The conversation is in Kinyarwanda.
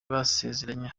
basezeranye